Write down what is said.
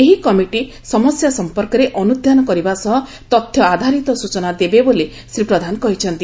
ଏହି କମିଟି ସମସ୍ୟା ସମ୍ମର୍କରେ ଅନ୍ତଧାନ କରିବା ସହ ତଥ୍ୟ ଆଧାରିତ ସୂଚନା ଦେବେ ବୋଲି ଶ୍ରୀ ପ୍ରଧାନ କହିଛନ୍ତି